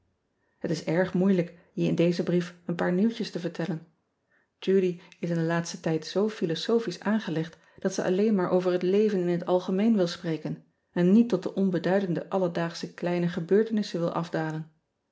et is erg moeilijk je in dezen brief een paar nieuwtjes te vertellen udy is in den laatsten tijd zoo philosophisch aangelegd dat ze alleen maar over het leven in het algemeen wil spreken en niet tot de onbeduidende alledaagsche kleine gebeurtenissen wil afdalen